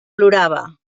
plorava